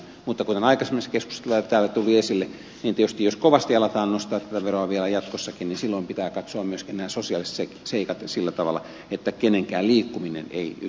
mutta kuten aikaisemmissa keskusteluissa täällä tuli esille niin tietysti jos kovasti aletaan nostaa tätä veroa vielä jatkossakin niin silloin pitää katsoa myöskin nämä sosiaaliset seikat ja sillä tavalla että kenenkään liikkuminen ei